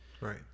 Right